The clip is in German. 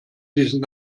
diesen